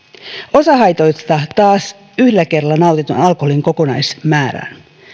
osa haitoista taas yhdellä kerralla nautitun alkoholin kokonaismäärään